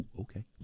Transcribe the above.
Okay